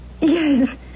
Yes